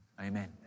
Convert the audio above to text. Amen